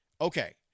okay